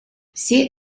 все